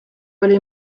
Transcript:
oli